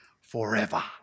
forever